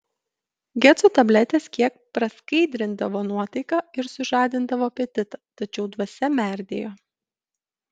geco tabletės kiek praskaidrindavo nuotaiką ir sužadindavo apetitą tačiau dvasia merdėjo